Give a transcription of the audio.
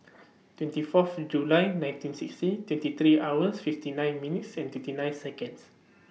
twenty Fourth July nineteen sixty twenty three hours fifty nine minutes and twenty nine Seconds